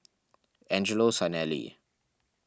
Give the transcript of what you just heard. Angelo Sanelli